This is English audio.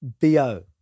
Bo